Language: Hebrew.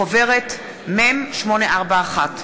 חוברת מ/841.